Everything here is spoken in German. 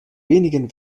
wenigen